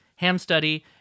hamstudy